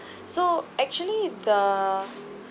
so actually the